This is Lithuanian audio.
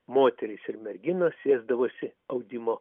moterys ir merginos sėsdavosi audimo